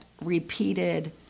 repeated